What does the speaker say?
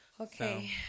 Okay